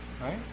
Right